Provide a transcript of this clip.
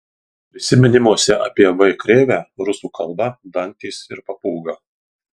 prisiminimuose apie v krėvę rusų kalba dantys ir papūga